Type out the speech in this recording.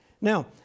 Now